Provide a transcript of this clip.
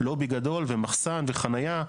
לובי גדול ומחסן וחנייה,